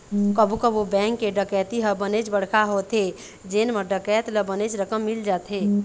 कभू कभू बेंक के डकैती ह बनेच बड़का होथे जेन म डकैत ल बनेच रकम मिल जाथे